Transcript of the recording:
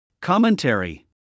Commentary